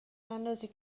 نندازین